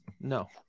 No